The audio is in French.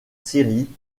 syrie